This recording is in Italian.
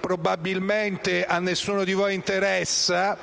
probabilmente a nessuno di voi interessa,